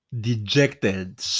dejected